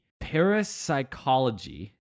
parapsychology